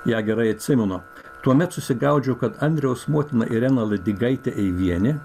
ją gerai atsimenu tuomet susigaudžiau kad andriaus motina irena ladigaitė eivienė